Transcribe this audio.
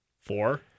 Four